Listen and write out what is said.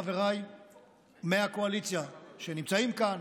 חבריי מהקואליציה שנמצאים כאן,